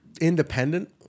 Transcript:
Independent